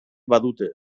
badute